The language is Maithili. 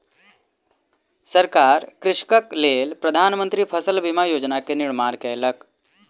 सरकार कृषकक लेल प्रधान मंत्री फसल बीमा योजना के निर्माण कयलक